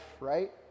right